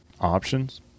options